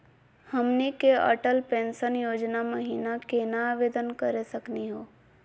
हमनी के अटल पेंसन योजना महिना केना आवेदन करे सकनी हो?